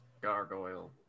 Gargoyle